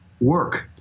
work